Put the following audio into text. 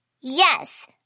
Yes